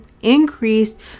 increased